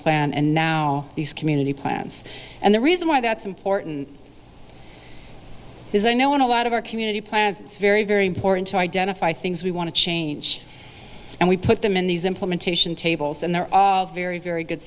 plan and now these community plans and the reason why that's important is i know in a lot of our community plans it's very very important to identify things we want to change and we put them in these implementation tables and there are very very good